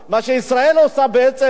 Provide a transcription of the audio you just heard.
מה שישראל עושה בעצם,